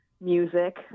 music